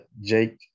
Jake